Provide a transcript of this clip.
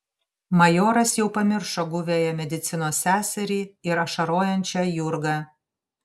majoras jau pamiršo guviąją medicinos seserį ir ašarojančią jurgą